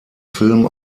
filmen